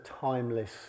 timeless